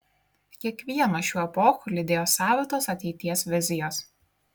kiekvieną šių epochų lydėjo savitos ateities vizijos